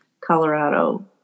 Colorado